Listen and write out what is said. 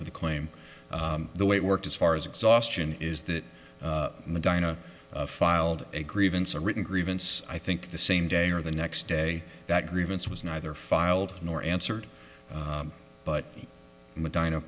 for the claim the way it worked as far as exhaustion is that medina filed a grievance or written grievance i think the same day or the next day that grievance was neither filed nor answered but medina